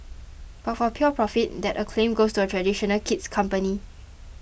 but for pure profit that acclaim goes to a traditional kid's company